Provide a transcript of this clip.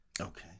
Okay